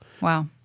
Wow